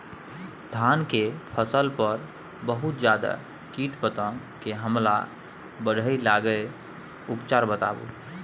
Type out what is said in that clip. धान के फसल पर बहुत ज्यादा कीट पतंग के हमला बईढ़ गेलईय उपचार बताउ?